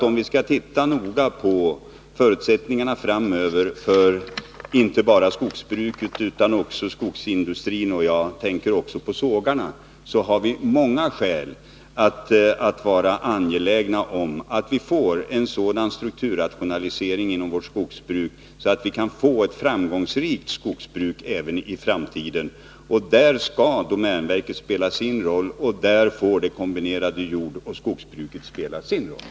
Om vi tittar noga på förutsättningarna framöver, inte bara för skogsbruket utan också för skogsindustrin — och jag tänker därvid också på sågarna — har vi många skäl att vara angelägna om att vi får en sådan strukturrationalisering inom vårt skogsbruk, att vi kan få ett framgångsrikt skogsbruk även i framtiden. Där skall domänverket spela sin roll, och där får det kombinerade jordoch skogsbruket spela sin roll.